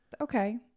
Okay